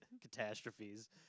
catastrophes